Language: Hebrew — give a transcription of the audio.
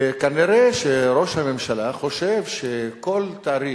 כנראה שראש הממשלה חושב שכל תאריך,